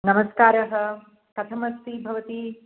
नमस्कारः कथम् अस्ति भवती